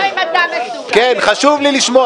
כן, חשוב לי לשמוע.